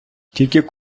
тільки